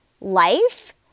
life